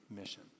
mission